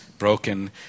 broken